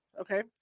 okay